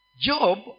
Job